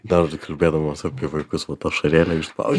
dar kalbėdamas apie vaikus ašarėlę išspaudi